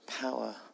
power